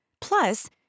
Plus